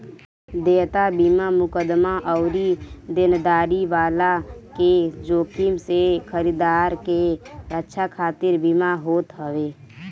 देयता बीमा मुकदमा अउरी देनदारी वाला के जोखिम से खरीदार के रक्षा खातिर बीमा होत हवे